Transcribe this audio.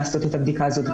התקנות,